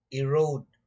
erode